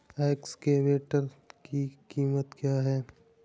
Excavator की कीमत क्या है?